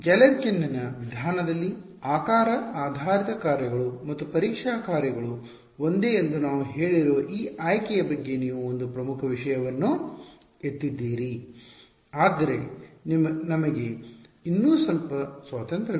ಆದ್ದರಿಂದ ಗ್ಯಾಲೆರ್ಕಿನ್ನ Galerkin's ವಿಧಾನದಲ್ಲಿ ಆಕಾರ ಆಧಾರಿತ ಕಾರ್ಯಗಳು ಮತ್ತು ಪರೀಕ್ಷಾ ಕಾರ್ಯಗಳು ಒಂದೇ ಎಂದು ನಾವು ಹೇಳಿರುವ ಈ ಆಯ್ಕೆಯ ಬಗ್ಗೆ ನೀವು ಒಂದು ಪ್ರಮುಖ ವಿಷಯವನ್ನು ಎತ್ತಿದ್ದೀರಿ ಆದರೆ ನಮಗೆ ಇನ್ನೂ ಸ್ವಲ್ಪ ಸ್ವಾತಂತ್ರ್ಯವಿದೆ